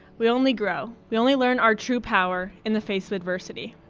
we only grow, we only learn our true power, in the face of adversity.